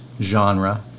genre